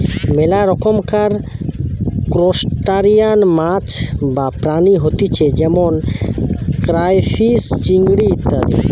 মেলা রকমকার ত্রুসটাসিয়ান মাছ বা প্রাণী হতিছে যেমন ক্রাইফিষ, চিংড়ি ইত্যাদি